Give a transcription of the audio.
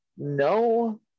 no